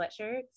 sweatshirts